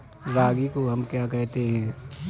रागी को हम क्या कहते हैं?